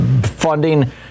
funding